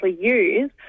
use